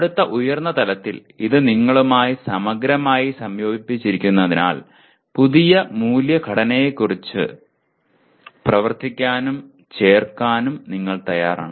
അടുത്ത ഉയർന്ന തലത്തിൽ ഇത് നിങ്ങളുമായി സമഗ്രമായി സംയോജിപ്പിച്ചിരിക്കുന്നതിനാൽ പുതിയ മൂല്യഘടനയനുസരിച്ച് പ്രവർത്തിക്കാനും ചേർക്കാനും നിങ്ങൾ തയ്യാറാണ്